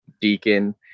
deacon